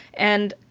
and,